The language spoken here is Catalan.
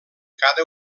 cada